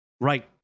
right